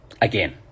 again